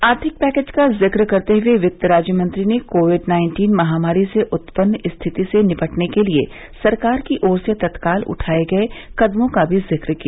आर्थिक पैर्केज का जिक्र करते हुए वित्त राज्य मंत्री ने कोविड नाइन्टीन महामारी से उत्पन्न स्थिति से निपटने के लिए सरकार की ओर से तत्काल उठाये गये कदमों का भी जिक्र किया